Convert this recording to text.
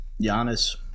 Giannis